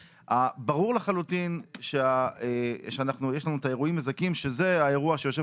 ברור לחלוטין שיש לנו את האירועים המזכים שזה האירוע שיושב